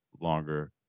longer